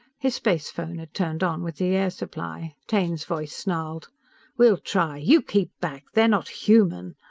his space phone had turned on with the air supply. taine's voice snarled we'll try! you keep back! they are not human!